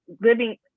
living